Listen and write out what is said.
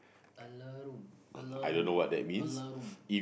alarum alarum alarum